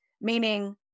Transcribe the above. meaning